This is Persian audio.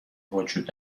وجود